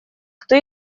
кто